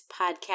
Podcast